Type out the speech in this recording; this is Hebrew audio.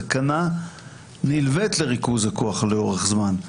סכנה נלווית לריכוז הכוח לאורך זמן,